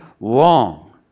long